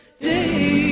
day